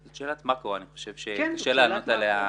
זאת שאלת מקרו שקשה לי לענות עליה